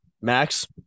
Max